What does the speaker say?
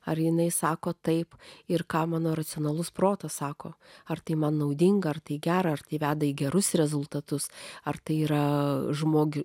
ar jinai sako taip ir ką mano racionalus protas sako ar tai man naudinga ar tai gera ar tai veda į gerus rezultatus ar tai yra žmogui